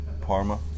Parma